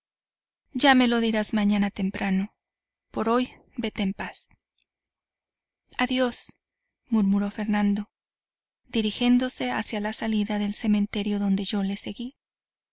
ya me lo dirás mañana temprano por hoy vete en paz adiós murmuró fernando dirigiéndose hacia la salida del cementerio donde yo le seguí